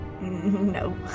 No